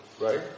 right